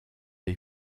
des